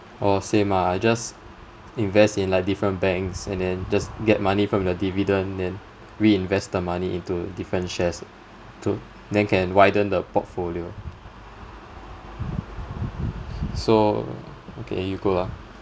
oh same ah I just invest in like different banks and then just get money from the dividend then reinvest the money into different shares to then can widen the portfolio so okay you go lah